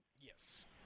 Yes